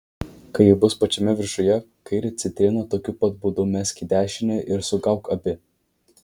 kai ji bus pačiame viršuje kairę citriną tokiu pat būdu mesk į dešinę ir sugauk abi